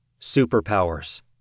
Superpowers